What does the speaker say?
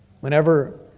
Whenever